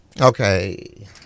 Okay